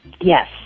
Yes